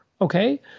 okay